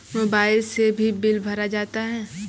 Mobile से भी bill भरा जाता हैं?